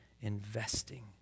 investing